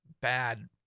bad